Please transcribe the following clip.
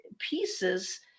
Pieces